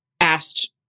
asked